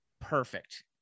perfect